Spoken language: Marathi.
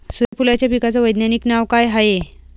सुर्यफूलाच्या पिकाचं वैज्ञानिक नाव काय हाये?